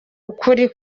ukuri